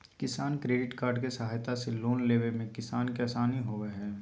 किसान credit card के सहायता से लोन लेवय मे किसान के आसानी होबय हय